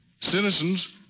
Citizens